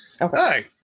Okay